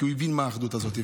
כי הוא הבין מה האחדות הזאת.